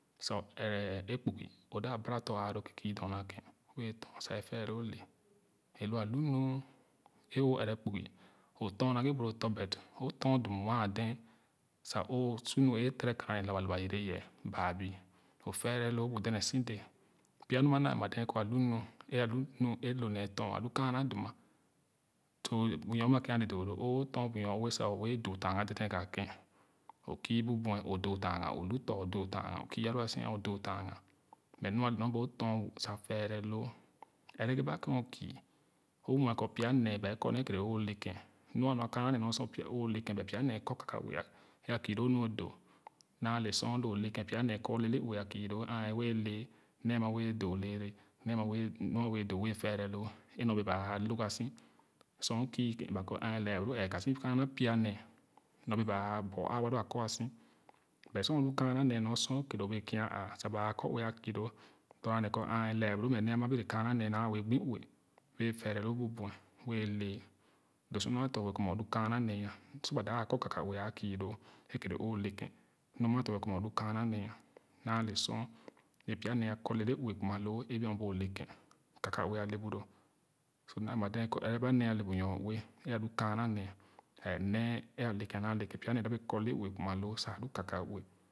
Sa o yɛrɛ e kpugo da bara tɔ aa loo ken sa kü doma ken wɛɛ tɔn sa ɛfɛɛloo le e lo a lu nu e o ɛrɛ kpingo o tɔn naghe bu lo tɔ but o tɔn dum waa dɛɛ sa o su nu e tere kana ne labalaba yere yü baa bu o fɛrɛloo bu dede si dɛɛ pya nɔa nyo mda emma dɛɛ kɔ alu mu e alu nu lo nee tɔn a lu kaana dum so bu nyo ue ama ken ale doo loo o tɔn bu nyoue sa o wɛɛ doo tanga deden ka ken o ku buɛ o doo tange o lu ts o doo tanga o kü flua so o doo tanga but mu ale nyo bee o tɔn sa fɛrɛloo ɛgereba ken o kü o muɛ kɔ pya nee ba kɔ le kere o ken nu a nua kaama nee o le ke but pya nee e korkaka ue e kü loo nu o doo na le sor la leken pya nee kɔ lele ue a kü lo ayh wɛɛ lee nee ama wɛɛ doo leele nee ama nu a wɛɛ doo wɛɛ doo wɛɛ fɛrɛloo e nyobee ba a log ga so sor kü ken ba kɔ ẽẽn le boro mɛ ɛɛ kaso kaana pia nee nyo bee ba aa bor aa wa lo a kɔaso but sor o lu kaana nee mu sor kere o bee kia àà sa ba kɔ ue a kü loo dorna nee kɔ anye nee ama bere kaana nee naa wɛɛ gbo ue bɛɛ fɛrɛloo bu buɛ wɛɛ lee lo sor nyo tɔrge kɔ mɛ olu kaana nee sor ba dap a korkalkawe a kü loo e kere o le ken mma tɔrge kɔ olu kaana nee naa le sor e pya nee akɔ leele ue kuma loo e nyobee o le ke kaka ue ale bu lo so mda ɛnma dee kɔ ere ba ale bu nyo ue alu kaana nee ɛɛ nee ale keh a naale keh pya nee nee dap ye kɔ leele ue kuma loo sa alu kakauẹ.